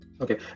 okay